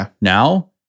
Now